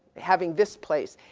having this place.